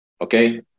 okay